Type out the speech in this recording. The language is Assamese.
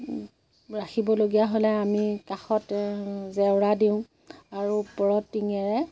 ৰাখিবলগীয়া হ'লে আমি কাষত জেওৰা দিওঁ আৰু ওপৰত টিঙেৰে